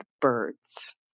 birds